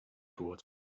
towards